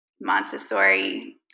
Montessori